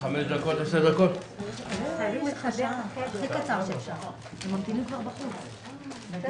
בשעה 12:08.